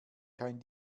kein